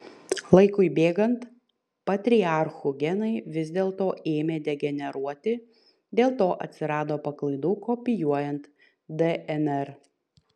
laikui bėgant patriarchų genai vis dėlto ėmė degeneruoti dėl to atsirado paklaidų kopijuojant dnr